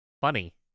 Funny